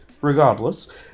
regardless